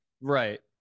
right